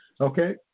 Okay